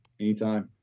Anytime